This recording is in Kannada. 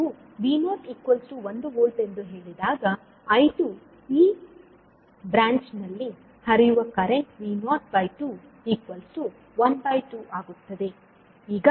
ನೀವು V0 1 V ಎಂದು ಹೇಳಿದಾಗ I2 ಈ ಬ್ರಾಂಚ್ನಲ್ಲಿ ಹರಿಯುವ ಕರೆಂಟ್ V02 12 ಆಗುತ್ತದೆ